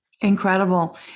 Incredible